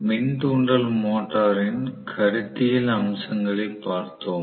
மின் தூண்டல் மோட்டரின் கருத்தியல் அம்சங்களை பார்த்தோம்